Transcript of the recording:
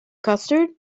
custard